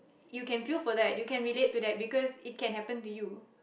you can feel for that you can relate to that because it can happen to you